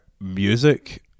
music